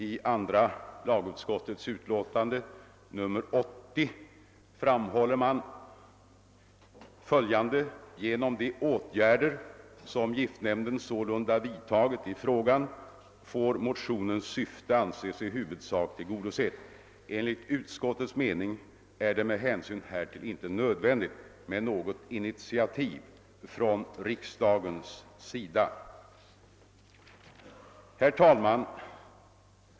I andra lagutskottets utlåtande nr 80 framhåller man följande: »Genom de åtgärder som giftnämnden sålunda vidtagit i frågan får motionernas syfte anses i huvudsak tillgodosett. Enligt utskottets mening är det med hänsyn härtill inte nödvändigt med något initiativ från riksdagens sida.» Herr talman!